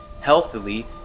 healthily